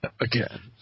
Again